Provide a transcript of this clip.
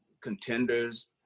contenders